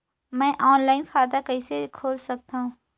मैं ऑनलाइन खाता कइसे खोल सकथव?